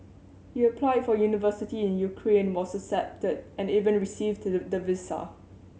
he applied for university in Ukraine was accepted and even received the visa